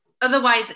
Otherwise